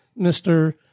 Mr